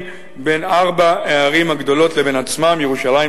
בין ארבע הערים הגדולות לבין עצמן: ירושלים,